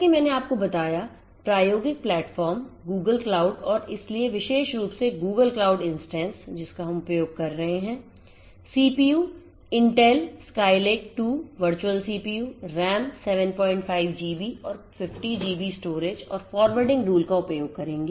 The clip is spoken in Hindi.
जैसा कि मैंने आपको बताया प्रायोगिक प्लेटफ़ॉर्म Google क्लाउड और इसलिए विशेष रूप से Google क्लाउड इंस्टेंस जिसका हम उपयोग कर रहे हैं CPU Intel Skylake 2 virtual CPU RAM 75 GB और 50 GB स्टोरेज और फॉरवर्डिंग rule का उपयोग करेंगे